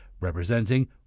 representing